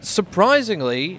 surprisingly